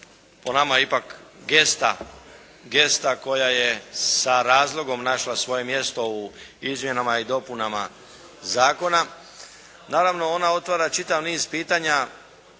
po nama ipak jedna gesta koja je sa razlogom našla svoje mjesto u Izmjenama i dopunama. Naravno ona otvara čitav niz pitanja